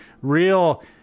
real